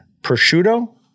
prosciutto